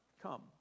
come